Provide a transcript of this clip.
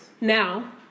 Now